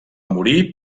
morir